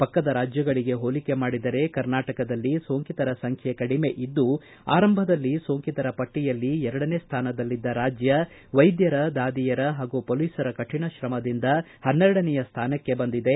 ಪಕ್ಕದ ರಾಜ್ಯಗಳಿಗೆ ಹೋಲಿಕೆ ಮಾಡಿದರೆ ಕರ್ನಾಟಕದಲ್ಲಿ ಸೋಂಕಿತರ ಸಂಖ್ಯೆ ಕಡಿಮೆ ಇದ್ದು ಆರಂಭದಲ್ಲಿ ಸೋಂಕಿತರ ಪಟ್ಟಿಯಲ್ಲಿ ಎರಡನೇ ಸ್ಥಾನದಲ್ಲಿದ್ದ ರಾಜ್ಯ ವೈದ್ಧರ ದಾದಿಯರ ಹಾಗೂ ಪೊಲೀಸರ ಕಠಿಣ ಶ್ರಮದಿಂದ ಪನ್ನೆರಡನೆಯ ಸ್ಥಾನಕ್ಷೆ ಬಂದಿದೆ